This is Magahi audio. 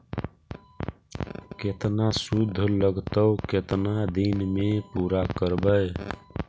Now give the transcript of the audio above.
केतना शुद्ध लगतै केतना दिन में पुरा करबैय?